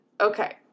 Okay